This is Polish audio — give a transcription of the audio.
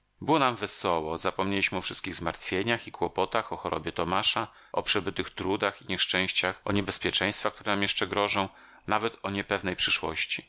było nam wesoło zapomnieliśmy o wszystkich zmartwieniach i kłopotach o chorobie tomasza o przebytych trudach i nieszczęściach o niebezpieczeństwach które nam jeszcze grożą nawet o niepewnej przyszłości